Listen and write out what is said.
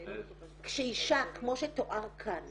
כשאישה כמו שתואר כאן